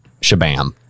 shabam